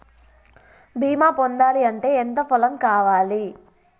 బీమా పొందాలి అంటే ఎంత పొలం కావాలి?